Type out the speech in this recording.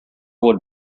would